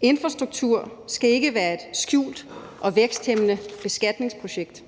Infrastruktur skal ikke være et skjult og væksthæmmende beskatningsprojekt.